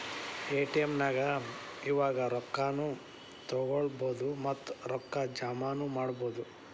ATM ನ್ಯಾಗ್ ಇವಾಗ ರೊಕ್ಕಾ ನು ತಗ್ಸ್ಕೊಬೊದು ಮತ್ತ ರೊಕ್ಕಾ ಜಮಾನು ಮಾಡ್ಬೊದು